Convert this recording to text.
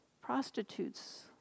prostitutes